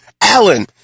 Alan